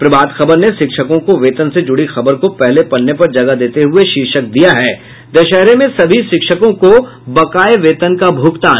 प्रभात खबर ने शिक्षकों को वेतन से जुड़ी खबर को पहले पन्ने पर जगह देते हुये शीर्षक दिया है दशहरे में सभी शिक्षकों को बकाये वेतन का भुगतान